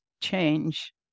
change